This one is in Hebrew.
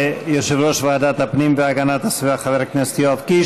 תודה ליושב-ראש ועדת הפנים והגנת הסביבה חבר הכנסת יואב קיש.